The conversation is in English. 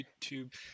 YouTube